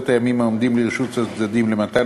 ובעשרת הימים העומדים לרשות הצדדים למתן